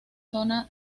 zona